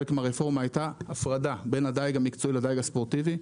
חלק מן הרפורמה הייתה הפרדה בין הדיג המקצועי לדיג הספורטיבי.